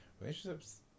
Relationships